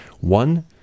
One